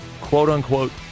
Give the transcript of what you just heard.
quote-unquote